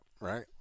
right